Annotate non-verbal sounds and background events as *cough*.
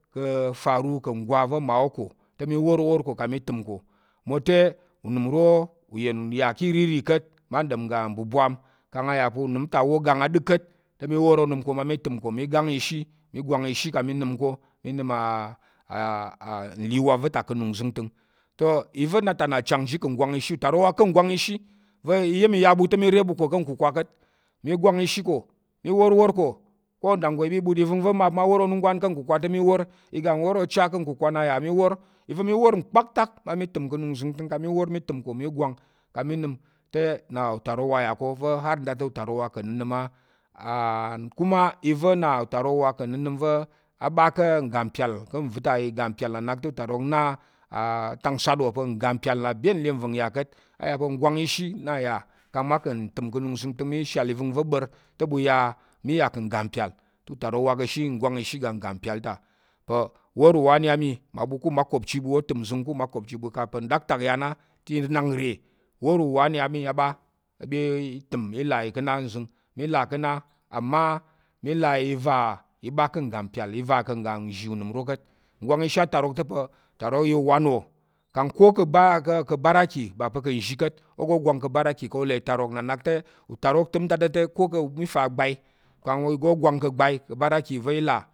Ka̱ nfaru ka̱ ngwan nva̱ mmawo ká̱ te mi wor awor kang ɓa mi təm mwote unəm uro uyen ya ká̱ irirì ka̱t mma ɗom ngga mɓuɓwam kang a yà pa̱ unəm ta awo gang aɗək ka̱t, te mi wor onəm ɓa mi təm ko gwang ishi mi gang ishi kang mi nəm ko mi nəm *hesitation* n li awap va̱ ta ka̱ anung zəngtəng, toh i va̱ nna ta na chang ji ka̱ gwang ishi, utarok wa ka̱ nggwan ishi va̱ iya̱m i ya ɓu ta̱ mi re ɓu ka̱ kukwa ka̱t, mi gwang ishi ko, mi wor awor ko ko udanggo i ɓa i but i vəngva̱ mma pa̱ ma wor onunggwan ká̱ kukwa te mi wor, iga wor ocha ka̱ kukwa te mi wor iga wor ocha kukwa nna yà mi wor, i va̱ mi wor kpaktak ɓa mi təm ka̱ anung zəngtə̱ng kang mi wor mi təm ko mi gwang kang mi nnəm te na utarok uwa yà ko va̱ har nda na utarok uwa ka̱ nnəna̱m á and- kuma iva̱ na utarok uwa ka̱ nnənəm va̱ a ɓa ka̱ ngga mpyal ka̱ va̱ ta i ga mpyal te na nak utarok na atak nsat wò pa̱ "ngga mpyal nna byet nle nva̱ng ya ka̱t" a yà pa̱ nggwang ishi nna yà kang mma ka̱ ntəm ka̱ anung zəngtəng mi shal i vəngva̱ ɓa̱r te ɓu ya mi ya ka̱ ngga mpyal te utarok uwa ka̱ ashe nggwang shi iga ngga mpyal ta, pa̱ wor uwani á mi mmaɓu ká̱ umakupchi ɓu kang o təm nzəng ká̱ ummakopchi ɓu kang pa̱ nɗaktak ya na te i nak nre pa̱ wor uwani á ɓa, i ɓa i təm nzəng i là ká̱ na amma mi là i va i ɓa ka̱ ngga mpyal i va iga nzhì unəm uro ka̱t, nggwang ishi atarok ta̱ pa̱ utarok ya uwan wò kang ko ka̱ baraka ba pa̱ ka̱ nzhi ka̱t o ga o gwang ka̱ baraka kang o là itarok nna nak te utarok təm nda ta̱ te ko ka̱ u fa agbai kang o ga o gwang ka̱ baraka va̱ i là.